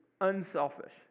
unselfish